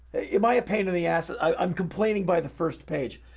am i a pain in the ass? i'm complaining by the first page.